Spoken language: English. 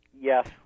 Yes